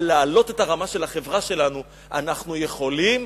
אבל להעלות את הרמה של החברה שלנו אנחנו יכולים,